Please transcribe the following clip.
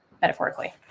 metaphorically